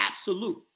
absolute